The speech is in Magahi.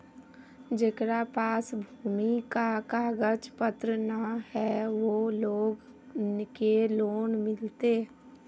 जेकरा पास भूमि का कागज पत्र न है वो लोग के लोन मिलते?